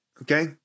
Okay